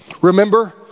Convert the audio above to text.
remember